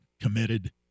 committed